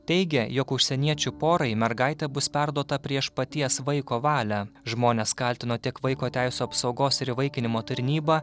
teigia jog užsieniečių porai mergaitė bus perduota prieš paties vaiko valią žmonės kaltino tiek vaiko teisių apsaugos ir įvaikinimo tarnybą